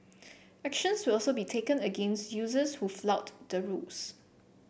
actions will also be taken against users who flout the rules